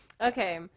Okay